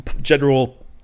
general